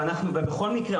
ובכל מקרה,